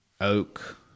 oak